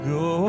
go